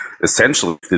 essentially